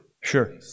Sure